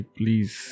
please